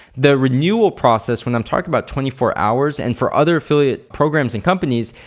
the renewal process, when i'm talking about twenty four hours and for other affiliate programs and companies,